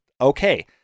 Okay